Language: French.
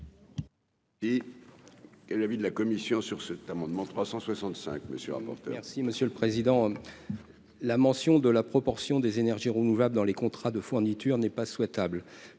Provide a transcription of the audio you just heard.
qu'est l'avis de la commission sur cet amendement 365 monsieur Armand. Merci monsieur le président, la mention de la proportion des énergies renouvelables dans les contrats de fourniture n'est pas souhaitable